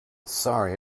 sorry